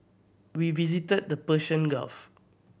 we visited the Persian Gulf